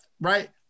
right